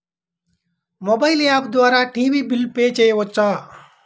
Mobile app ద్వారా TV bill pay చేయవచ్చా?